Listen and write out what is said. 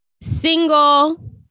single